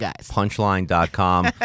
Punchline.com